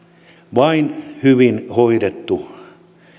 vain hyvin hoidettu